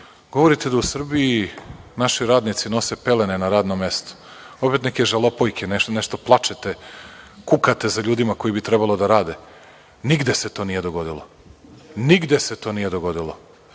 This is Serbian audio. Govorite da u Srbiji naši radnici nose pelene na radnom mestu. Opet neke žalopojke, opet nešto plačete, kukate za ljudima koji bi trebalo da rade. Nigde se to nije dogodilo. Izmislili ste na licu